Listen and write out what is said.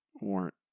warrant